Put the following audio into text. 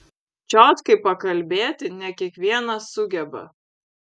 čiotkai pakalbėti ne kiekvienas sugeba